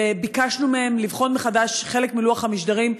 וביקשנו מהם לבחון מחדש חלק מלוח המשדרים,